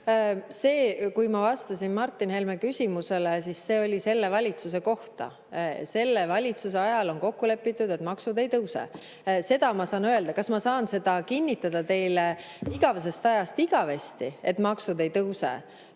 Kui ma vastasin Martin Helme küsimusele, siis see oli selle valitsuse kohta. Selle valitsuse ajal on kokku lepitud, et maksud ei tõuse. Seda ma saan öelda. Kas ma saan seda kinnitada teile igavesest ajast igavesti, et maksud ei tõuse?